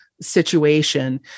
situation